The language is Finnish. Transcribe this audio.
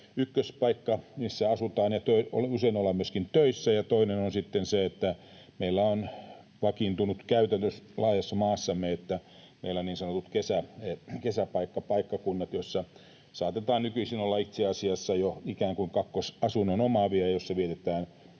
ykköspaikka, missä asutaan ja usein ollaan myöskin töissä, ja toinen on sitten se, mikä meillä on vakiintunut käytäntö laajassa maassamme, että meillä on niin sanotut kesäpaikkapaikkakunnat, joilla saatetaan nykyisin olla itse asiassa jo ikään kuin kakkosasunnon omaavia ja joilla vietetään